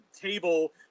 table